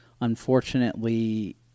unfortunately